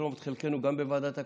נתרום את חלקנו גם בוועדת הכלכלה.